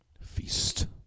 Feast